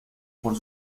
por